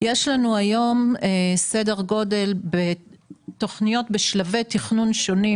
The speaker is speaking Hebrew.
יש לנו היום סדר גודל תכניות בשלבי תכנון שונים,